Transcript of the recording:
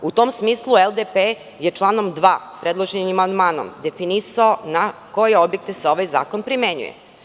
U tom smislu LDP je članom 2. predloženog amandmana definisao na koje objekte se ovaj zakon primenjuje.